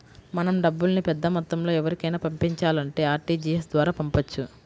మనం డబ్బుల్ని పెద్దమొత్తంలో ఎవరికైనా పంపించాలంటే ఆర్టీజీయస్ ద్వారా పంపొచ్చు